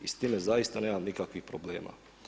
I s time zaista nemam nikakvih problema.